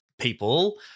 people